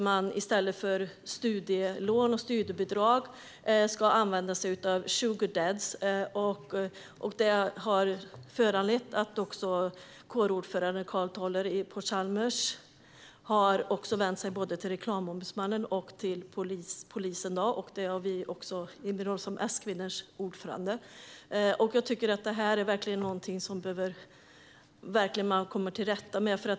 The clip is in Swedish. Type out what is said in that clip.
I stället för studielån och studiebidrag ska man använda sig av sugardads. Detta har föranlett kårordföranden på Chalmers, Karl Toller, att vända sig till både Reklamombudsmannen och polisen. Det har även jag gjort, i min roll som S-kvinnors ordförande. Jag tycker att detta är något som man verkligen behöver komma till rätta med.